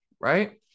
right